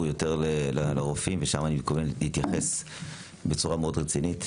יותר לרופאים ושם אני מתכוון להתייחס בצורה מאוד רצינית.